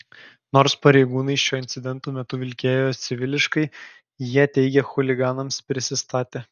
nors pareigūnai šio incidento metu vilkėjo civiliškai jie teigia chuliganams prisistatę